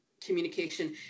communication